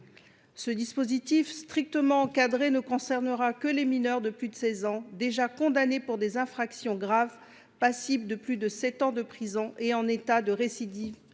Ce dispositif, strictement encadré, ne concernera que les mineurs de plus de 16 ans déjà condamnés pour des infractions graves passibles de plus de sept ans de prison et en état de récidive